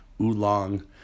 oolong